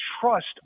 trust